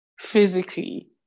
physically